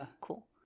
Cool